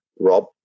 Rob